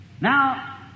Now